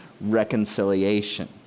reconciliation